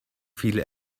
feel